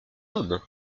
homme